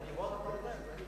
נדיבות אתה אומר?